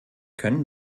können